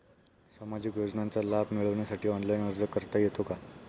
सामाजिक योजनांचा लाभ मिळवण्यासाठी ऑनलाइन अर्ज करता येतो का?